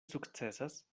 sukcesas